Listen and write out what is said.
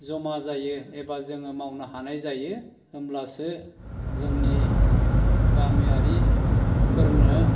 जमा जायो एबा जोङो मावनो हानाय जायो होनब्लासो जोंनि गामियारिफोरनो